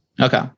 Okay